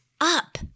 up